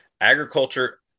agriculture